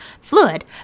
fluid